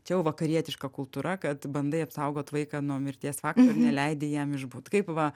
čia jau vakarietiška kultūra kad bandai apsaugot vaiką nuo mirties fakto ir neleidi jam išbut kaip va